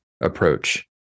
approach